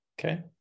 Okay